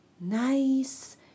Nice